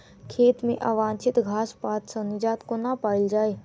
खेत मे अवांछित घास पात सऽ निजात कोना पाइल जाइ?